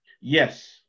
Yes